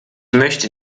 möchte